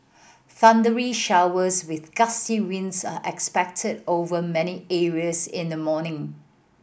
thundery showers with gusty winds are expected over many areas in the morning